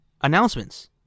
announcements